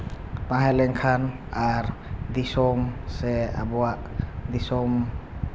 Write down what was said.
ᱛᱟᱦᱮᱸ ᱞᱮᱱᱠᱷᱟᱱ ᱟᱨ ᱫᱤᱥᱚᱢ ᱥᱮ ᱟᱵᱚᱣᱟᱜ ᱫᱤᱥᱚᱢ